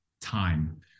time